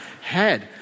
head